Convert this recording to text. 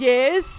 Yes